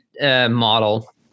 model